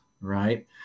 right